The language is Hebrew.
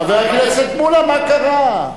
חבר הכנסת מולה, מה קרה?